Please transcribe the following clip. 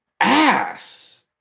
ass